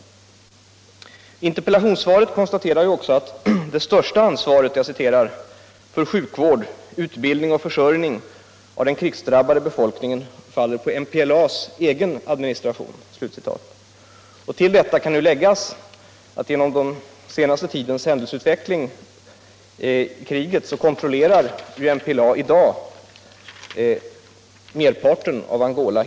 I interpellationssvaret konstaterar statsrådet: ”Det största ansvaret för sjukvård, utbildning och försörjning av den krigsdrabbade befolkningen faller på MPLA:s egen administration.” Till detta kan nu läggas att MPLA , genom den senaste tidens utveckling av kriget, i dag helt klart kontrollerar merparten av Angola.